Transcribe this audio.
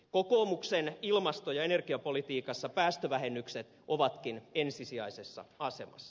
kokoomuksen ilmasto ja energiapolitiikassa päästövähennykset ovatkin ensisijaisessa asemassa